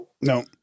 no